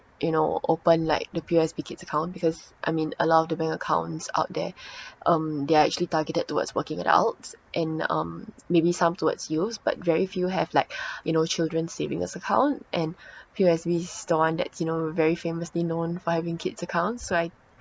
you know open like the P_O_S_B kids account because I mean a lot of the bank accounts out there um they're actually targeted towards working adults and um maybe some towards youths but very few have like you know children's savings account and P_O_S_B is the one that's you know very famously known for having kids account so I